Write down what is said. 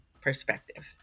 perspective